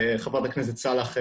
חברת הכנסת סאלח,